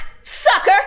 sucker